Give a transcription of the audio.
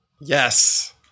Yes